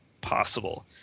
possible